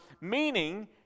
meaning